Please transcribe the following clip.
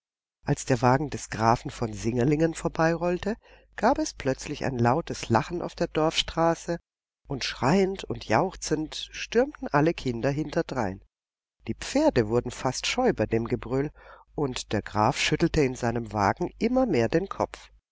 als der wagen des grafen von singerlingen vorbeirollte gab es plötzlich ein lautes lachen auf der dorfstraße und schreiend und jauchzend stürmten alle kinder hinterdrein die pferde wurden fast scheu bei dem gebrüll und der graf schüttelte in seinem wagen immer mehr den kopf